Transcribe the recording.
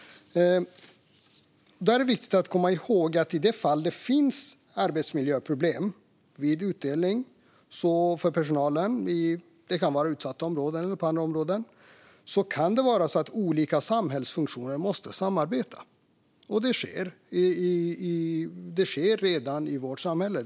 Det är viktigt att komma ihåg att i de fall det finns arbetsmiljöproblem vid utdelning för personalen - det kan vara i utsatta områden eller i andra områden - måste olika samhällsfunktioner samarbeta. Det sker redan i vårt samhälle.